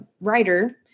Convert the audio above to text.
writer